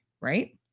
Right